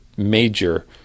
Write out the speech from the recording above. Major